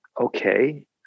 okay